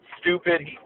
stupid